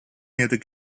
near